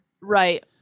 right